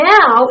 Now